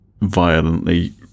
violently